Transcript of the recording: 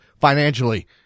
financially